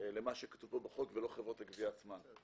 למה שכתוב פה בחוק, ולא חברות הגבייה עצמן.